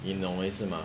你懂我的意思吗